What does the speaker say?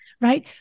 Right